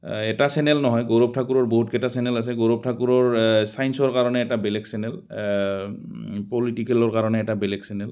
এটা চেনেল নহয় গৌৰৱ ঠাকুৰৰ বহুতকেইটা চেনেল আছে গৌৰৱ ঠাকুৰৰ চায়েন্সৰ কাৰণে এটা বেলেগ চেনেল পলিটিকেলৰ কাৰণে এটা বেলেগ চেনেল